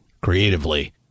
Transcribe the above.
creatively